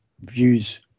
views